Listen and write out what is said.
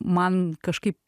man kažkaip